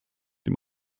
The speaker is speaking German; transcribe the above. dem